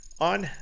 on